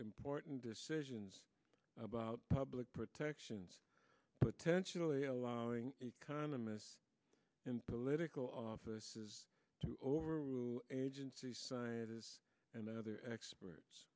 important decisions about public protections potentially allowing economists and political offices to overrule agencies scientists and other experts